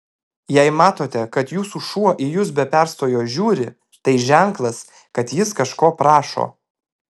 jei matote kad jūsų šuo į jus be perstojo žiūri tai ženklas kad jis kažko prašo